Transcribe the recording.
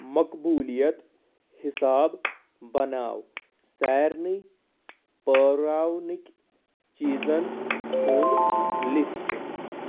مقبوٗلیت حِساب بناو سارنٕے پٲراونٕکۍ چیٖزَن ہُنٛد لِسٹہٕ